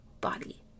body